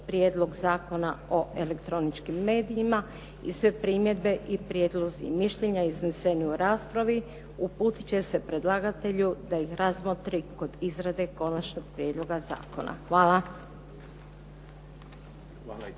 Prijedlog zakona o elektroničkim medijima i sve primjedbe i prijedlozi i mišljenja izneseni u raspravi uputit će se predlagatelju da ih razmotri kod izrade Konačnog prijedloga zakona. Hvala.